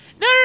no